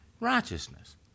righteousness